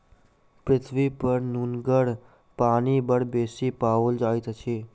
पृथ्वीपर नुनगर पानि बड़ बेसी पाओल जाइत अछि